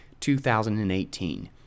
2018